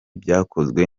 byakozwe